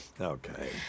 Okay